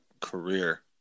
career